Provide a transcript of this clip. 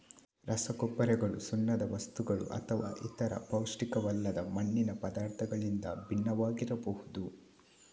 ರಸಗೊಬ್ಬರಗಳು ಸುಣ್ಣದ ವಸ್ತುಗಳುಅಥವಾ ಇತರ ಪೌಷ್ಟಿಕವಲ್ಲದ ಮಣ್ಣಿನ ಪದಾರ್ಥಗಳಿಂದ ಭಿನ್ನವಾಗಿರಬಹುದು